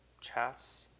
chats